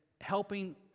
helping